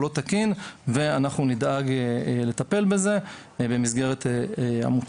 או לא תקין ואנחנו נדאג לטפל בזה במסגרת המוצר,